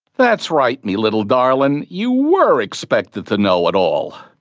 that's right me little darlin', you were expected to know it all.